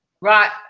Right